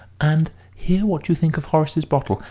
and hear what you think of horace's bottle.